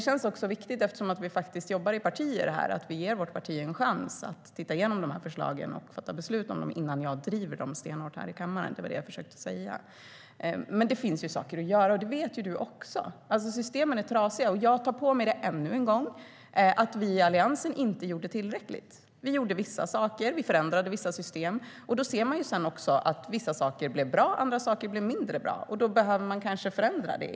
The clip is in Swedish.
Eftersom vi jobbar i partier här är det viktigt att vi ger vårt parti en chans att gå igenom förslagen och fatta beslut innan jag driver dem stenhårt här i kammaren. Det var det som jag försökte att säga. Men det finns saker att göra, och det vet ju du också. Systemen är trasiga, och jag tar på mig ansvaret ännu en gång för att vi i Alliansen inte gjorde tillräckligt. Vi åstadkom vissa saker och förändrade vissa system. Vissa saker blev bra, och andra saker blev mindre bra. Då behövs det kanske en förändring igen.